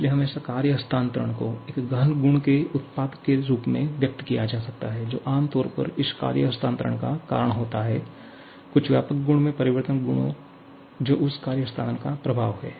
इसलिए हमेशा कार्य हस्तांतरण को एक गहन गुण के उत्पाद के रूप में व्यक्त किया जा सकता है जो आम तौर पर इस कार्य हस्तांतरण का कारण होता है कुछ व्यापक गुण में परिवर्तन गुणा जो उस कार्य हस्तांतरण का प्रभाव है